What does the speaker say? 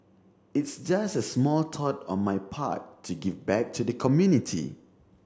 it's just a small thought on my part to give back to the community